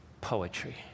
poetry